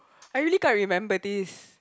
I really can't remember this